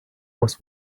was